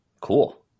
Cool